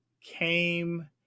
came